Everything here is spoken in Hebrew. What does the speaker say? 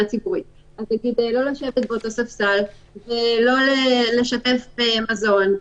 ציבורית: לא לשבת באותו ספסל ולא לשתף מזון.